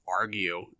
argue